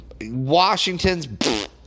washington's